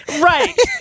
Right